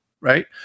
Right